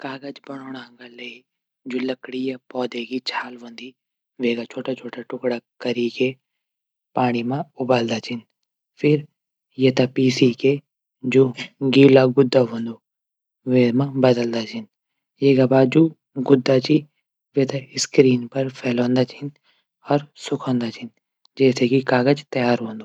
कागज बणौणा किलै जू लडकी या पौधे की छाल हूंदी वेक छुटा छुटा टुकडा कैरी की पाणी मा उबलदा छन फिर ऐथे पीसी की जू गीला गुद्द्दा हूंदू। वे मा बदलदा छिन। वेक बाद जू गिला गुद्द्दा च वे थे स्क्रीन पर फैलांदा छन अर सुखंदा छन जैसे की काग़ज़ तैयार हूंदू।